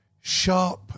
sharp